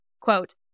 quote